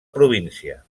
província